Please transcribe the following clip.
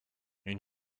une